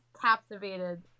captivated